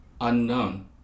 unknown